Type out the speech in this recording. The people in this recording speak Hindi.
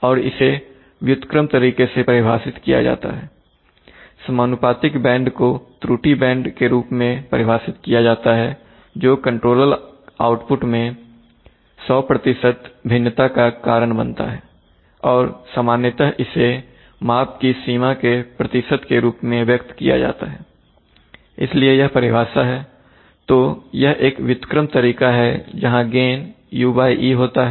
और इसे व्युत्क्रम तरीके से परिभाषित किया जाता है समानुपातिक बैंड को त्रुटि के बैंड के रूप में परिभाषित किया जाता है जो कंट्रोलर आउटपुट मैं 100 भिन्नता का कारण बनता है और सामान्यतः इसे माप की सीमा के प्रतिशत के रूप में व्यक्त किया जाता हैइसलिए यह परिभाषा है तो यह एक व्युत्क्रम तरीका है जहां गेन ue होता है